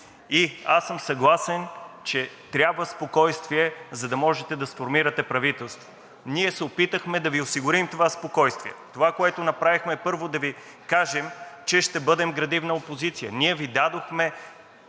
случва. Съгласен съм, че трябва спокойствие, за да можете да сформирате правителство. Ние се опитахме да Ви осигурим това спокойствие. Това, което направихме, първо, е да Ви кажем, че ще бъдем градивна опозиция. Ние Ви дадохме